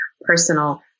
personal